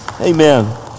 Amen